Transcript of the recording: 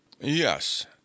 Yes